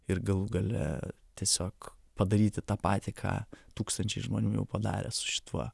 ir galų gale tiesiog padaryti tą patį ką tūkstančiai žmonių jau padarę su šituo